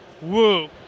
woo